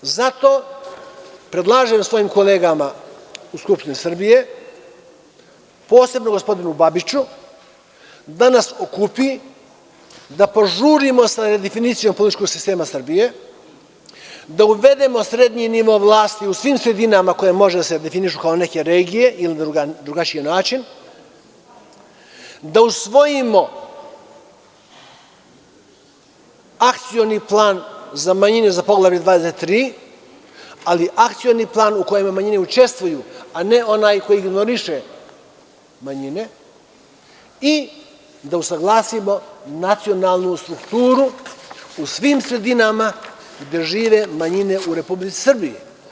Zato predlažem svojim kolegama u Skupštini Srbije, posebno gospodinu Babiću, da nas okupi, da požurimo sa redefinicijom političkog sistema Srbije, da uvedemo srednji nivo vlasti u svim sredinama koje mogu da se definišu kao neke regije ili na drugačiji način, da usvojimo akcioni plan za manjine za Poglavlje 23, ali akcioni plan u kojem manjine učestvuju, a ne onaj koji ignoriše manjine, i da usaglasimo nacionalnu strukturu u svim sredinama gde žive manjine u Republici Srbiji.